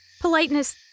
politeness